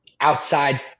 outside